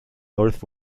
north